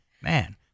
man